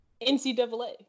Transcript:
NCAA